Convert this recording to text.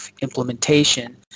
implementation